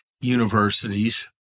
universities